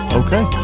okay